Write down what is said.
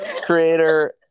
Creator